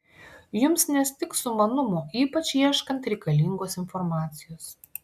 jums nestigs sumanumo ypač ieškant reikalingos informacijos